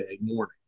morning